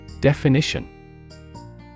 Definition